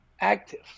active